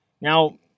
Now